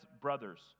brothers